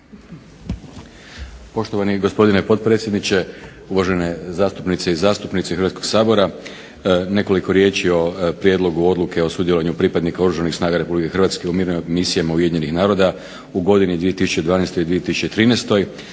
Poštovani gospodine potpredsjedniče, uvažene zastupnice i zastupnici Hrvatskog sabora nekoliko riječi o prijedlogu Odluke o sudjelovanju pripadnika Oružanih snaga Republike Hrvatske u mirovnim misijama Ujedinjenih naroda u godini 2012. i 2013.